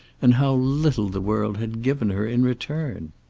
and how little the world had given her in return!